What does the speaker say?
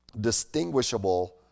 distinguishable